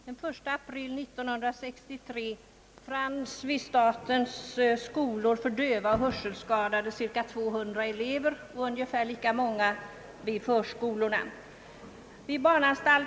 Herr talman! Den 1 april 1963 fanns vid statens skolor för döva och hörselskadade cirka 200 elever och vid förskolorna ungefär lika många.